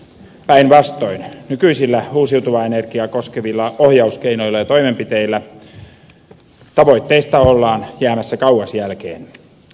päinvastoin nykyisillä uusiutuvaa energiaa koskevilla ohjauskeinoilla ja toimenpiteillä tavoitteista ollaan jäämässä kauas jälkeen